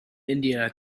india